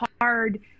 hard